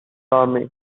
army